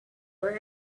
for